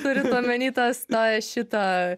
turit omeny tas tą šitą